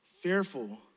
fearful